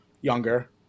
younger